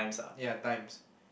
ya times